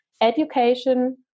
education